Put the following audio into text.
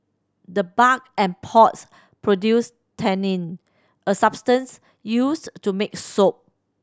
the bark and pods produce tannin a substance used to make soap